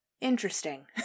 interesting